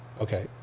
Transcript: okay